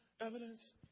Evidence